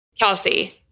Kelsey